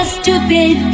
stupid